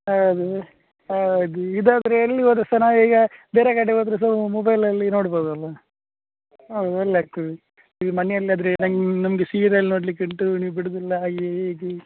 ಹೌದು ಹೌದು ಇದಾದರೆ ಎಲ್ಲಿ ಹೋದ್ರು ಸಹ ನಾವು ಈಗ ಬೇರೆ ಕಡೆ ಹೋದ್ರು ಸ ಮೊಬೈಲಲ್ಲಿ ನೋಡ್ಬೌದಲ್ವಾ ಹೌದ್ ಒಳ್ಳೆ ಆಗ್ತದೆ ಈ ಮನಿಯಲ್ಲಿ ಆದರೆ ನಂಗೆ ನಮಗೆ ಸೀರಿಯಲ್ ನೋಡ್ಲಿಕ್ಕೆ ಉಂಟು ನೀವು ಬಿಡುದಿಲ್ಲ ಹಾಗೆ ಹೀಗೆ